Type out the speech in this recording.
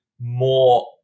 more